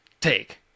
take